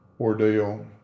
ordeal